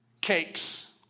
cakes